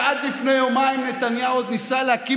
שעד לפני יומיים נתניהו עוד ניסה להקים